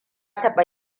taɓa